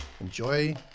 Enjoy